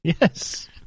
Yes